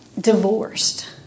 divorced